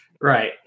Right